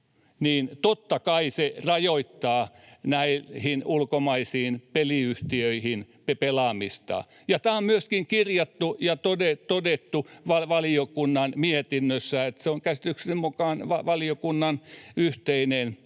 totta kai se rajoittaa näihin ulkomaisiin peliyhtiöihin pelaamista, ja tämä on myöskin kirjattu ja todettu valiokunnan mietinnössä. Se on käsitykseni mukaan valiokunnan yhteinen